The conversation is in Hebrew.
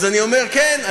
כן.